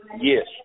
Yes